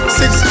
six